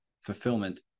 fulfillment